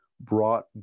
brought